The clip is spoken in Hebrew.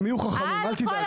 הם יהיו חכמים, אל תדאג.